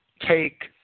take